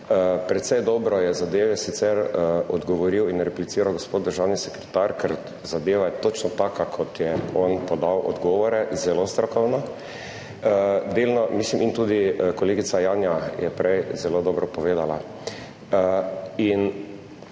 Precej dobro je zadeve sicer odgovoril in repliciral gospod državni sekretar, ker zadeva je točno taka, kot je on podal odgovore, zelo strokovno, in tudi kolegica Janja je prej zelo dobro povedala.